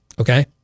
okay